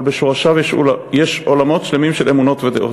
אבל בשורשיו יש עולמות שלמים של אמונות ודעות.